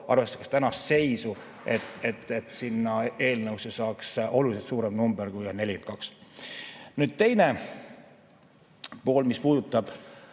arvestades tänast seisu, et sinna eelnõusse saaks oluliselt suurem number, kui on 42. Teine pool, mis puudutab